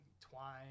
twine